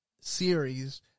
series